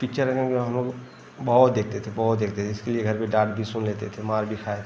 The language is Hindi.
पिच्चर जो हम लोग बहुत देखते थे बहुत देखते थे इसके लिए घर पर डाँट भी सुन लेते थे मार भी खाए थे